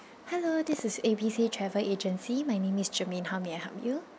hello this is A B C travel agency my name is germaine how may I help you